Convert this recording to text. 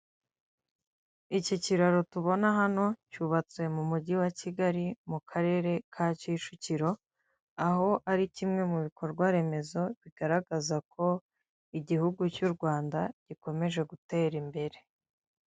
Iki kiraro tubona hano cyubatse mu mujyi wa Kigali mu karere ka Kicukiro aho ari kimwe mu bikorwaremezo bigaragaza ko igihugu cyu Rwanda gikomeje gutera imbere.